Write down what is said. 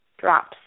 drops